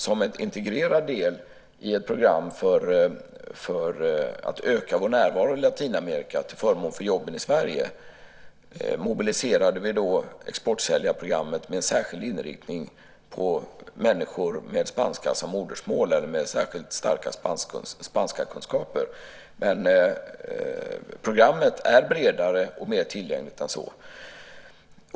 Som en integrerad del i ett program för att öka vår närvaro i Latinamerika till förmån för jobben i Sverige mobiliserade vi exportsäljarprogrammet med särskild inriktning mot människor med spanska som modersmål eller med särskilt starka kunskaper i spanska. Programmet är bredare och mer tillgängligt än så.